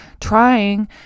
trying